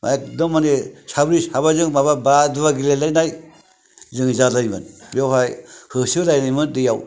एगदम माने साब्रै साबाजों माबा बादुवा गेलेलायनाय जोङो जाजायोमोन बेयावहाय होसो लायनायमोन दैआव